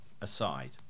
aside